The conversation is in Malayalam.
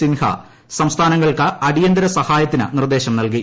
സിൻഹ സംസ്ഥാനങ്ങൾക്ക് അടിയന്തര സഹായത്തിന് നിർദ്ദേശം നല്കി